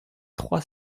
trois